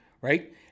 Right